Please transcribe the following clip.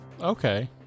Okay